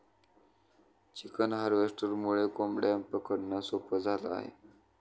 chicken हार्वेस्टरमुळे कोंबड्या पकडणं सोपं झालं आहे